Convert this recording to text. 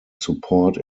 support